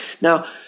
Now